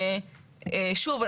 שוב,